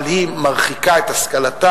אבל היא מרחיקה את השכלתה,